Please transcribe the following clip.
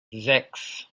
sechs